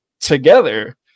together